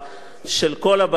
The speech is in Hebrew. של כל הבית הזה,